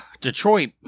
Detroit